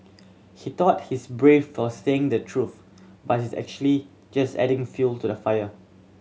he thought he's brave for saying the truth but he's actually just adding fuel to the fire